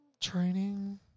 training